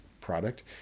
product